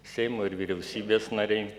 seimo ir vyriausybės nariai